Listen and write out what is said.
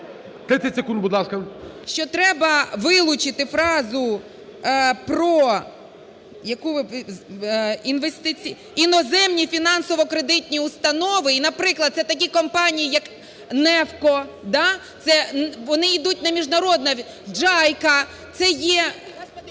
треба вилучити фразу про… іноземні фінансово-кредитні установи. І, наприклад, це такі компанії, як NEFCO, вони йдуть на міжнародну… JICA, це є…